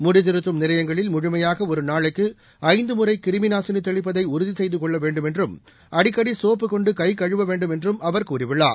முடித்திருத்தும் நிலையங்களில் முழுமையாக ஒரு நாளைக்கு ஐந்து முறை கிருமிநாசினி தெளிப்பதை உறுதி கெய்து கொள்ள வேண்டும் என்றும் அடிக்கடி சோப்பு கொண்டு கை கழுவ வேண்டும் என்றும் அவர் கூறியுள்ளார்